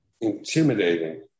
intimidating